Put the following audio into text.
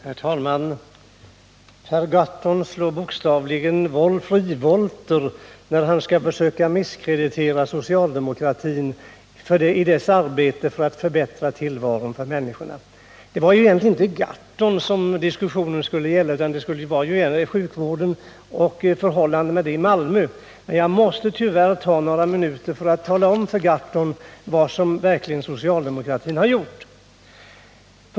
Herr talman! Per Gahrton slår bokstavligen frivolter när han skall försöka misskreditera socialdemokratin i dess arbete för att förbättra tillvaron för människorna. Det var egentligen inte Per Gahrton som diskussionen skulle gälla utan sjukvården och förhållandena i Malmö, men jag måste tyvärr ta några minuter i anspråk för att tala om för honom vad socialdemokraterna verkligen har gjort.